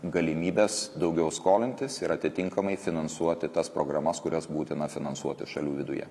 galimybes daugiau skolintis ir atitinkamai finansuoti tas programas kurias būtina finansuoti šalių viduje